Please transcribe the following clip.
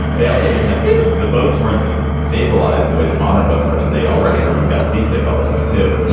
they also have the the boats weren't stabilized the way the modern boats are. so they all everyone got seasick all the time, too. and